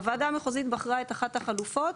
הוועדה המחוזית בחרה את אחת החלופות,